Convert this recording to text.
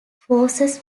forces